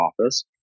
Office